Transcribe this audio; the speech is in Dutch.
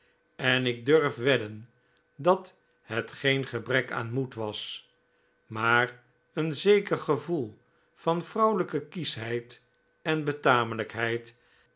en ik durf wedden dat het geen gebrek aan moed was maar een zeker gevoel van vrouwelijke kieschheid en